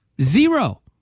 Zero